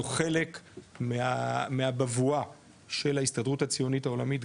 זה חלק מהבבואה של ההסתדרות הציונית העולמית,